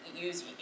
Use